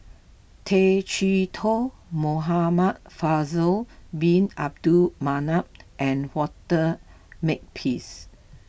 Tay Chee Toh Muhamad Faisal Bin Abdul Manap and Walter Makepeace